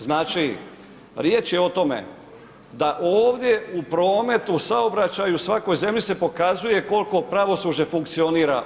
Znači, riječ je o tome da ovdje u prometu, u saobraćaju, u svakoj zemlji se pokazuje koliko pravosuđe funkcionira.